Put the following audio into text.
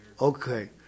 Okay